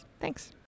Thanks